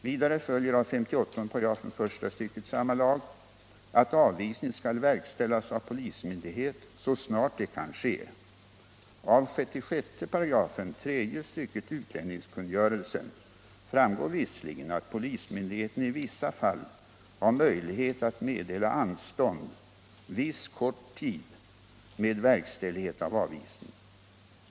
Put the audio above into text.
Vidare följer av 58 3 första stycket samma lag att avvisning skall verkställas av polismyndighet så snart det kan ske. Av 663 tredje stycket utlänningskungörelsen framgår visserligen att polismyndigheten i vissa fall har möjlighet att meddela anstånd ”viss kort tid” med verkställighet av avvisning.